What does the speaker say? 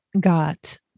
got